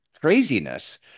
craziness